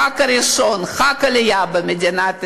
חג העלייה הראשון במדינת ישראל.